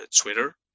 Twitter